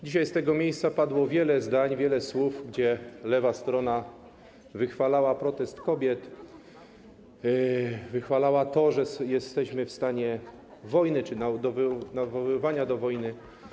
Dzisiaj z tego miejsca padło wiele zdań, wiele słów, w których lewa strona wychwalała protest kobiet, wychwalała to, że jesteśmy w stanie wojny, czy nawoływania do wojny.